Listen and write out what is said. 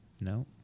No